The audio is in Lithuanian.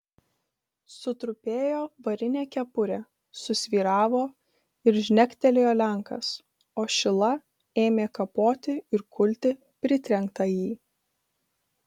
sutrupėjo varinė kepurė susvyravo ir žnektelėjo lenkas o šila ėmė kapoti ir kulti pritrenktąjį